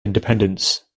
independence